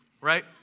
right